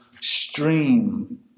stream